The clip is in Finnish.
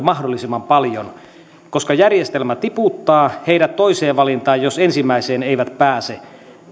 mahdollisimman paljon koska järjestelmä tiputtaa heidät toiseen valintaan jos ensimmäiseen eivät pääse